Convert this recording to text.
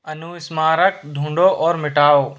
अनुस्मारक ढूँढो और मिटाओ